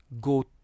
go